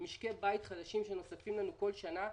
משקי בית חדשים שנוספים לנו בכל שנה.